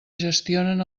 gestionen